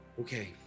Okay